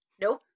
Nope